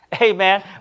Amen